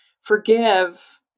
forgive